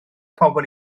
pobl